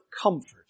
comfort